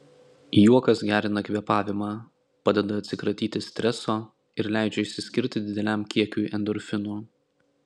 juokas gerina kvėpavimą padeda atsikratyti streso ir leidžia išsiskirti dideliam kiekiui endorfinų